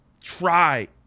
try